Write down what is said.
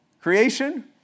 Creation